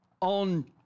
on